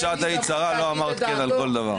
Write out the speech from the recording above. אני בטוח שכשאת היית שרה לא אמרת כן על כל דבר.